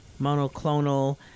monoclonal